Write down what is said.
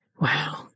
wow